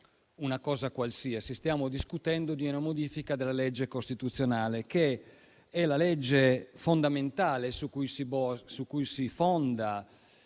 una cosa qualsiasi, ma stiamo discutendo di una modifica della legge costituzionale che è la legge fondamentale, su cui si fonda